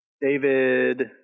David